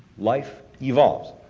life evolves.